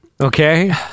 Okay